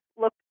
look